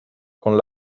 con